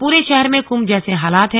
पूरे शहर में कुंभ जैसे हालात हैं